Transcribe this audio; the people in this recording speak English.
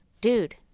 Dude